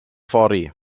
fory